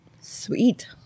Sweet